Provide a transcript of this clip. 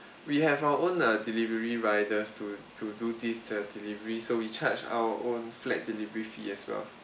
we have our own uh delivery riders to to do this the delivery so we charge our own flat delivery fee as well